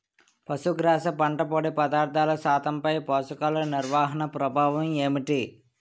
పశుగ్రాస పంట పొడి పదార్థాల శాతంపై పోషకాలు నిర్వహణ ప్రభావం ఏమిటి?